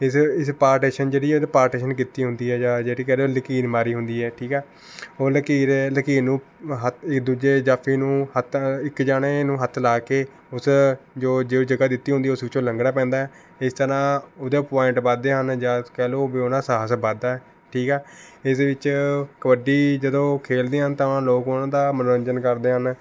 ਇਸ ਇਸ ਪਾਰਟੀਸ਼ਨ ਜਿਹੜੀ ਆ ਇੱਕ ਪਾਰਟੀਸ਼ਨ ਕੀਤੀ ਹੁੰਦੀ ਆ ਜਾਂ ਜਿਹੜੀ ਕਹਿੰਦੇ ਆ ਲਕੀਰ ਮਾਰੀ ਹੁੰਦੀ ਆ ਠੀਕ ਆ ਉਹ ਲਕੀਰ ਲਕੀਰ ਨੂੰ ਹੱਥ ਦੂਜੇ ਜਾਫੀ ਨੂੰ ਹੱਥ ਇੱਕ ਜਣੇ ਨੂੰ ਹੱਥ ਲਾ ਕੇ ਉਸ ਜੋ ਜੋ ਜਗ੍ਹਾ ਦਿੱਤੀ ਹੁੰਦੀ ਹੈ ਉਸ ਵਿੱਚੋਂ ਲੰਘਣਾ ਪੈਂਦਾ ਹੈ ਇਸ ਤਰ੍ਹਾਂ ਉਹਦਾ ਪੁਆਇੰਟ ਵੱਧਦੇ ਹਨ ਜਾਂ ਕਹਿ ਲਉ ਵੀ ਉਹਦਾ ਸਾਹਸ ਵੱਧਦਾ ਹੈ ਠੀਕ ਆ ਇਸ ਵਿੱਚ ਕਬੱਡੀ ਜਦੋਂ ਖੇਡਦੇ ਹਨ ਤਾਂ ਲੋਕ ਉਹਨਾਂ ਦਾ ਮਨੋਰੰਜਨ ਕਰਦੇ ਹਨ